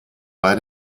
bei